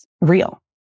real